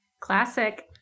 Classic